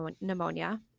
pneumonia